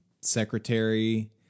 secretary